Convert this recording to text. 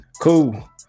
Cool